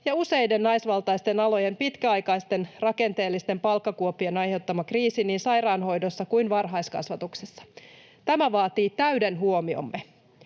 ja useiden naisvaltaisten alojen pitkäaikaisten rakenteellisten palkkakuoppien aiheuttama kriisi niin sairaanhoidossa kuin varhaiskasvatuksessa. Tämä vaatii täyden huomiomme.